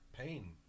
Pain